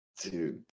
Dude